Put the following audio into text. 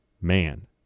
man